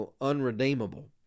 unredeemable